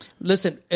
Listen